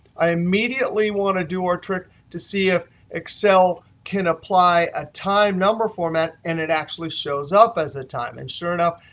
i immediately want to do our trick to see if excel can apply a time number format, and it actually shows up as a time. and sure enough,